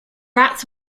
rats